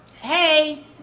Hey